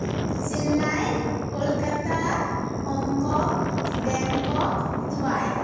Chennai Kolkata Hong Kong Bangkok Dubai